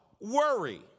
worry